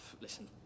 listen